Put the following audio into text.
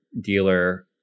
dealer